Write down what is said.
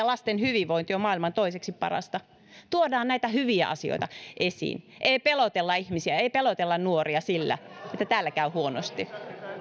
lasten hyvinvointi on maailman toiseksi parasta tuodaan näitä hyviä asioita esiin ei pelotella ihmisiä ei pelotella nuoria sillä että täällä käy huonosti